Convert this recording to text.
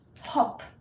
Hop